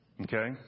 Okay